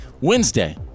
Wednesday